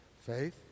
Faith